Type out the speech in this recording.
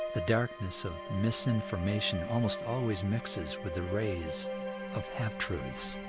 the darkness of misinformation almost always mixes with the rays of half-truths.